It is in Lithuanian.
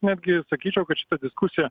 netgi sakyčiau kad šita diskusija